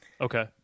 Okay